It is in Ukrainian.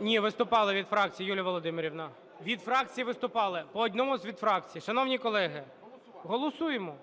Ні, виступали від фракції, Юлія Володимирівна. Від фракції виступали, по одному від фракцій. Шановні колеги, голосуймо.